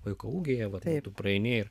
vaiko ūgįtu praeini ir